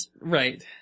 Right